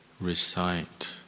recite